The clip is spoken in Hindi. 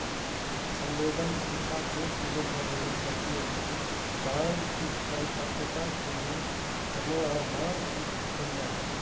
संवेदनशीलता दो चीजों पर निर्भर करती है बॉन्ड की परिपक्वता के लिए समय और बॉन्ड की कूपन दर